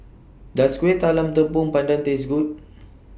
Does Kuih Talam Tepong Pandan Taste Good